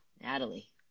natalie